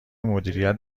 مدیریت